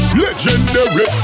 legendary